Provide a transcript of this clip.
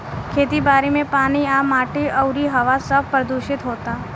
खेती बारी मे पानी आ माटी अउरी हवा सब प्रदूशीत होता